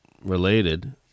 related